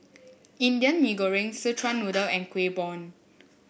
Indian Mee Goreng Szechuan Noodle and Kueh Bom